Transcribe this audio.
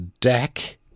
DECK